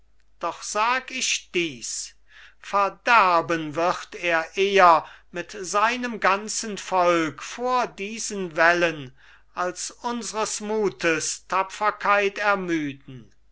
doch sag ich dies verderben wird er eher mit seinem ganzen volk vor diesen wällen als unsres mutes tapferkeit ermüden